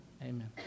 Amen